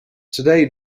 today